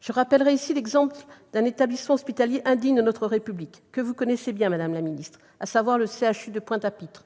Je mentionnerai l'exemple d'un établissement hospitalier indigne de notre République, un établissement que vous connaissez bien, madame la ministre : le CHU de Pointe-à-Pitre.